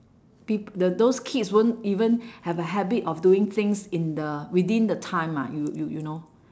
peop~ the those kids won't even have a habit of doing things in the within the time ah you you you know